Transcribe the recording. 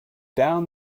down